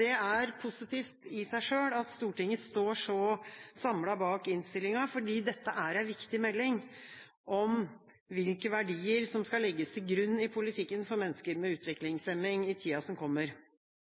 det er positivt i seg selv at Stortinget står så samlet bak innstillinga, fordi dette er en viktig melding om hvilke verdier som skal legges til grunn i politikken for mennesker med utviklingshemning i tida som kommer.